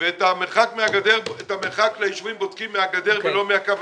ואת המרחק לישובים בודקים מהגדר ולא מהקו.